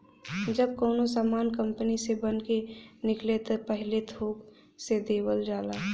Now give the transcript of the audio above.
जब कउनो सामान कंपनी से बन के निकले त पहिले थोक से देवल जाला